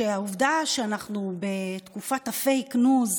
שהעובדה שאנחנו בתקופת הפייק ניוז,